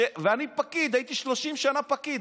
ואני פקיד, הייתי 30 שנה פקיד.